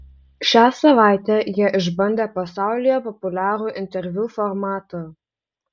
šią savaitę jie išbandė pasaulyje populiarų interviu formatą